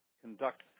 conduct